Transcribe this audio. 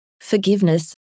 forgiveness